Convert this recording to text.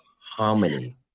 harmony